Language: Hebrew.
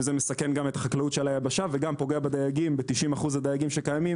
וזה מסכן גם את החקלאות של היבשה וגם פוגע ב-90% הדייגים הקיימים